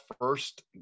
first